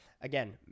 again